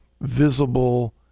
visible